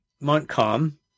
Montcalm